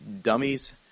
dummies